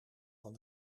van